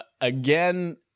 Again